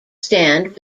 stand